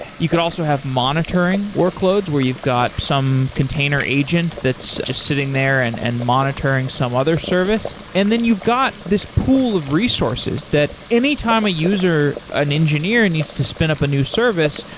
you could also have monitoring workloads, where you've got some container agent that's just sitting there and and monitoring some other service. and then you've got this pool of resources that any time a user, an engineer, and needs to spin up a new service,